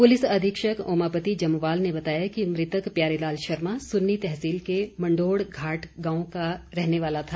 police अधीक्षक ओमापति जम्वाल ने बताया कि मृतक प्यारे लाल शर्मा सुन्नी तहसील के मंढोड़घाट गांव का रहने वाला था